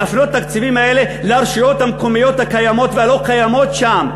להפנות את התקציבים האלה לרשויות המקומיות הקיימות והלא-קיימות שם,